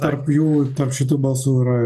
tarp jų tarp šitų balsų yra